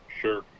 Sure